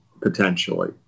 potentially